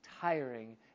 tiring